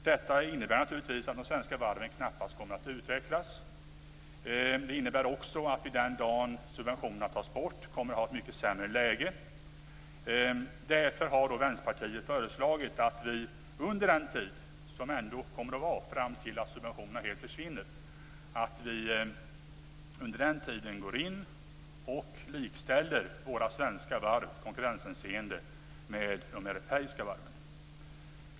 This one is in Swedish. Detta innebär naturligtvis att de svenska varven knappast kommer att utvecklas. Det innebär också att vi den dagen subventionerna tas bort kommer att ha ett mycket sämre läge. Därför har Vänsterpartiet föreslagit att vi under tiden fram tills subventionerna försvinner helt går in och likställer de svenska varven i konkurrenshänseende med de europeiska varven.